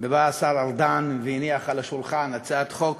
ובא השר ארדן והניח על השולחן הצעת חוק.